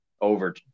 over